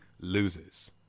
loses